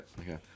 okay